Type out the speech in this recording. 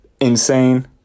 Insane